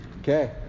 Okay